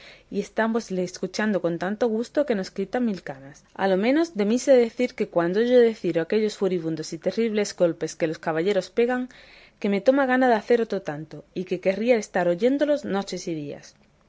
y estámosle escuchando con tanto gusto que nos quita mil canas a lo menos de mí sé decir que cuando oyo decir aquellos furibundos y terribles golpes que los caballeros pegan que me toma gana de hacer otro tanto y que querría estar oyéndolos noches y días